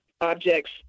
objects